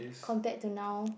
compared to now